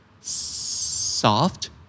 Soft